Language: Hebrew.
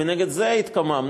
ונגד זה התקוממנו.